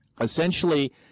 Essentially